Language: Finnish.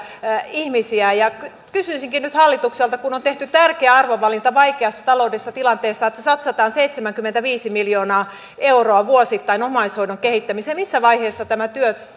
ihmisiä kysyisinkin nyt hallitukselta kun on tehty tärkeä arvovalinta vaikeassa taloudellisessa tilanteessa että satsataan seitsemänkymmentäviisi miljoonaa euroa vuosittain omaishoidon kehittämiseen missä vaiheessa tämä työ